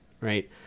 right